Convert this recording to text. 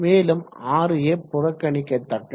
மேலும் Ra புறக்கணிக்கதக்கது